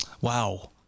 Wow